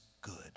good